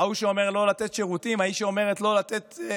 ההוא שאומר לא לתת שירותים, ההיא שאומרת שרופאים